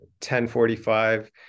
1045